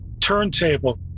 turntable